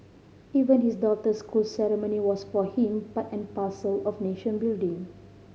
even his daughter's school ceremony was for him part and parcel of nation building